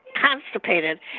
constipated